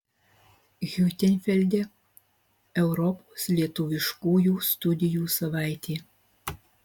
hiutenfelde europos lietuviškųjų studijų savaitė